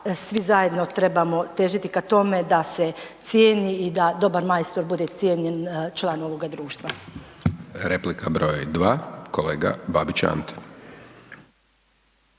svi zajedno trebamo težiti ka tome da se cijeni i da dobar majstor bude cijenjen član ovoga društva.